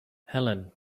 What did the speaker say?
helene